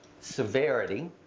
severity